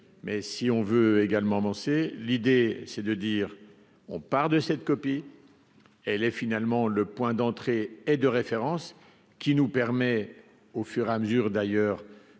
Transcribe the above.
mais si on veut également l'idée, c'est de dire : on part de cette copie, elle est finalement le point d'entrée et de référence qui nous permet, au fur et à mesure d'ailleurs